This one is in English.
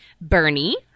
Bernie